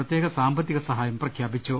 പ്രത്യേക സാമ്പ ത്തിക സഹായം പ്രഖ്യാപിച്ചു